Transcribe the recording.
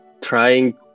trying